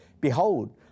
Behold